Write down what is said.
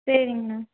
சரிங்கண்ணா